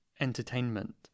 entertainment